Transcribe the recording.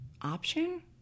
option